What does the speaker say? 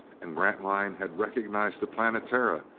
and grantline had recognized the planetara,